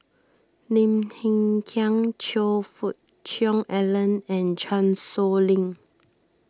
Lim Hng Kiang Choe Fook Cheong Alan and Chan Sow Lin